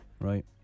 Right